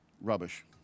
rubbish